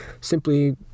simply